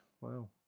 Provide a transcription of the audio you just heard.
wow